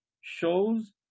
shows